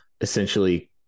essentially